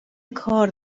کار